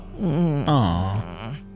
Aww